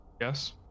Yes